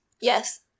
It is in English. Yes